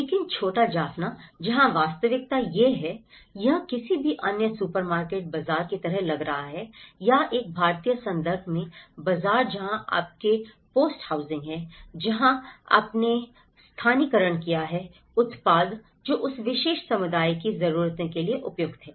लेकिन थोड़ा जाफना जहां वास्तविकता यह है यह किसी भी अन्य सुपरमार्केट बाजार की तरह लग रहा है या एक भारतीय संदर्भ में बाजार जहां आपके पास होर्डिंग्स हैं जहां आपने स्थानीयकरण किया है उत्पाद जो उस विशेष समुदाय की जरूरतों के लिए उपयुक्त है